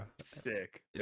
sick